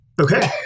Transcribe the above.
Okay